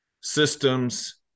systems